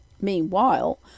Meanwhile